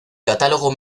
catálogo